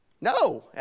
No